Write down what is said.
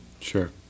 Sure